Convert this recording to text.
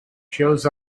shows